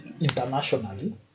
internationally